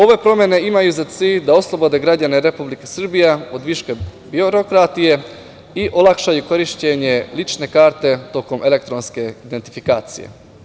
Ove promene imaju za cilj da oslobode građane Republike Srbije od viška birokratije i olakšaju korišćenje lične karte tokom elektronske identifikacije.